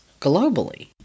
globally